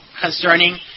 concerning